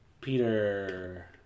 Peter